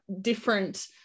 different